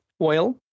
oil